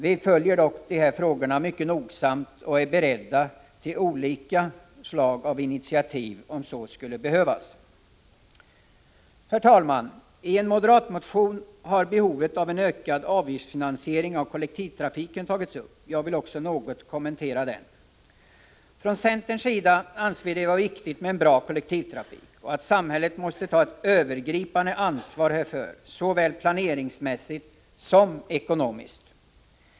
Vi följer dock nogsamt dessa frågor och är beredda till olika slag av initiativ om så skulle behövas. Herr talman! I en moderatmotion har behovet av en ökad avgiftsfinansiering av kollektivtrafiken tagits upp. Jag vill något kommentera också denna. Från centerns sida anser vi att det är viktigt med bra kollektivtrafik, och vi menar att samhället måste ta ett övergripande ansvar härför — såväl planeringsmässigt som ekonomiskt.